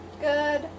Good